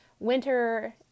winter